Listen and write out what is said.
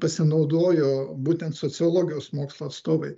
pasinaudojo būtent sociologijos mokslo atstovai